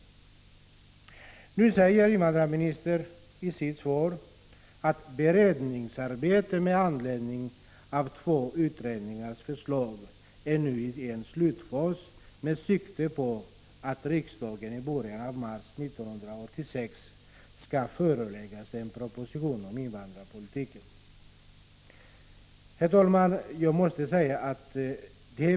I dag säger invandrarministern i sitt svar: ”Beredningsarbetet med anledning av de båda utredningarnas förslag är nu i en slutfas med sikte på att riksdagen i början av mars 1986 skall föreläggas en proposition om invandrarpolitiken.” Herr talman!